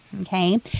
okay